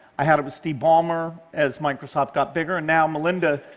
i had it with steve ballmer as microsoft got bigger, and now melinda,